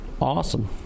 Awesome